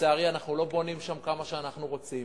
ולצערי אנחנו לא בונים שם כמה שאנחנו רוצים.